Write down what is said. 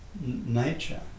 nature